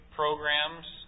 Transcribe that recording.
programs